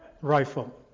rifle